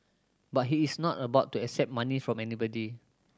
but he is not about to accept money from anybody